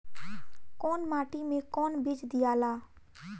कौन माटी मे कौन बीज दियाला?